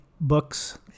books